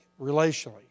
relationally